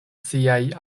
siaj